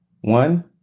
one